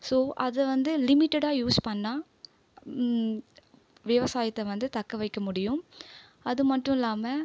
so அதை வந்து லிமிட்டடாக யூஸ் பண்ணால் விவசாயத்தை வந்து தக்க வைக்க முடியும் அது மட்டும் இல்லாமல்